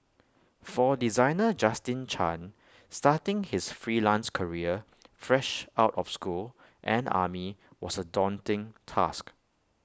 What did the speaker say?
for designer Justin chan starting his freelance career fresh out of school and army was A daunting task